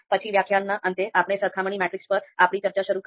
પછી વ્યાખ્યાનના અંતે આપણે સરખામણી મેટ્રિક્સ પર આપણી ચર્ચા શરૂ કરી